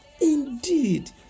Indeed